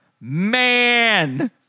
man